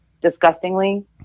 disgustingly